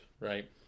right